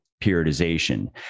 periodization